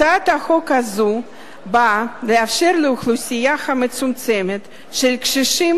הצעת החוק הזו באה לאפשר לאוכלוסייה המצומצמת של קשישים